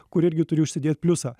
kur irgi turi užsidėt pliusą